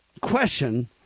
question